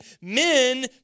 men